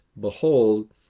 Behold